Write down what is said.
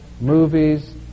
movies